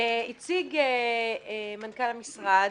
הציג מנכ"ל המשרד,